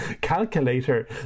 calculator